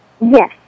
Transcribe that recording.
Yes